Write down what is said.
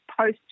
post